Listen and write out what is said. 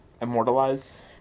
immortalize